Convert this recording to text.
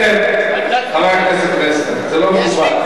חבר הכנסת פלסנר, זה לא מקובל.